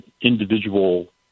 individual